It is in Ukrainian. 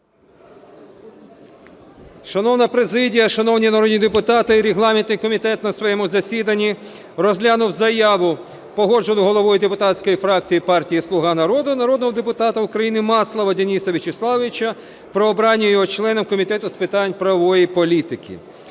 Шановна президія, шановні народні депутати! Регламентний комітет на своєму засіданні розглянув Заяву погоджену головою депутатської фракції партії "Слуга народу" народного депутата України Маслова Дениса В'ячеславовича про обрання його членом Комітету з питань правової політики.